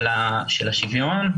של השוויון.